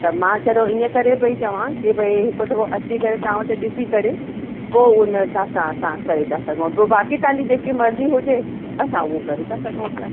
त मां छड़ो ईअं करे पई चवां की भई हिकु दफ़ो अची करे तव्हां वटि ॾिसी करे पोइ उन सां असां करे था सघूं बाक़ी तव्हांजी जेकी मर्ज़ी हुजे असां उहो करे था सघूं पिया